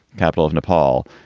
capital of nepal,